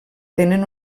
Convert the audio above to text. tenen